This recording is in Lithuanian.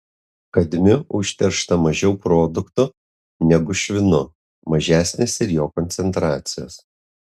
kadmiu užteršta mažiau produktų negu švinu mažesnės ir jo koncentracijos